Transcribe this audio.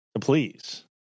please